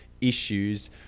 issues